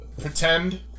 Pretend